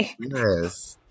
yes